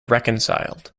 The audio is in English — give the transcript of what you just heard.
reconciled